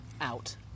out